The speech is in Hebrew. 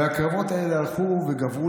הקרבות האלה הלכו וגברו,